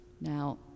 Now